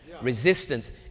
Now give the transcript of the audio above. Resistance